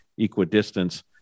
equidistance